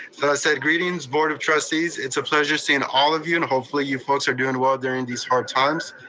i said greetings board of trustees, it's a pleasure seeing all of you and hopefully you folks are doing well during these hard times.